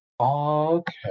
Okay